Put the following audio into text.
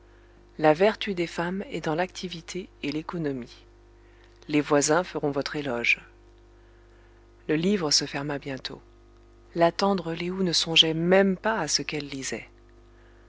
la vertu des femmes est dans l'activité et l'économie les voisins feront votre éloge le livre se ferma bientôt la tendre lé ou ne songeait même pas à ce qu'elle lisait